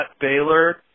Baylor